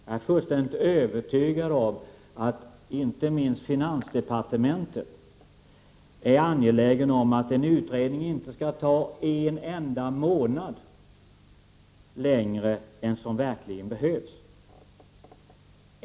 Jag är fullständigt övertygad om att inte minst finansdepartementet är angeläget om att en utredning inte skall ta en enda månad längre än vad som verkligen behövs.